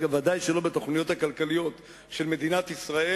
ודאי שלא בתוכניות הכלכליות של מדינת ישראל,